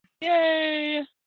Yay